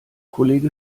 kollege